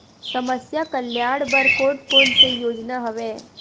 समस्या कल्याण बर कोन कोन से योजना हवय?